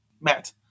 Matt